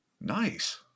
Nice